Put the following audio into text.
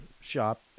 shop